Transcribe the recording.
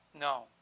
no